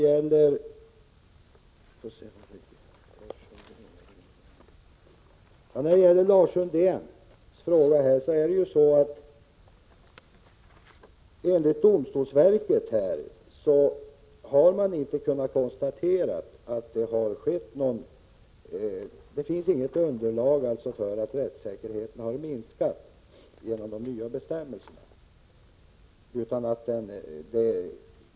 Vad avser Lars Sundins fråga finns det enligt domstolsverket inte något underlag för att rättssäkerheten har minskat till följd av de nya bestämmelserna.